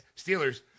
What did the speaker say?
Steelers